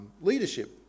leadership